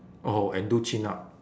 oh and do chin up